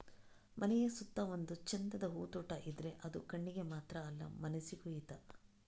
ಮನೆಯ ಸುತ್ತ ಒಂದು ಚಂದದ ಹೂದೋಟ ಇದ್ರೆ ಅದು ಕಣ್ಣಿಗೆ ಮಾತ್ರ ಅಲ್ಲ ಮನಸಿಗೂ ಹಿತ